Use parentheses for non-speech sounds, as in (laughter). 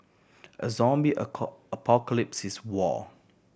a zombie (unintelligible) apocalypse is war